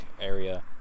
area